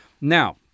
Now